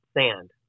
Sand